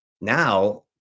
now